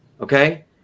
okay